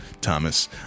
Thomas